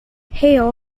hail